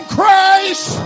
Christ